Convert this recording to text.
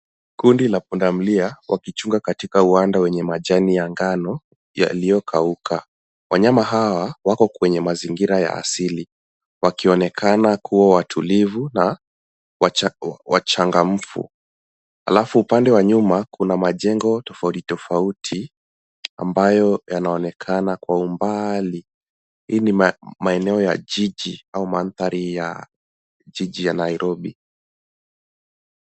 Kundi la pundamilia wakichunga katika uwanda wenye majani ya ngano yaliyokauka. Wanyama hawa, wako kwenye mazingira ya asili wakionekana kuwa watulivu na wachangamfu. Alafu upande wa nyuma, kuna majengo tofauti tofauti ambayo yanaonekana kwa umbali. Hii ni maeneo ya jiji au mandhari ya jiji ya Nairobi.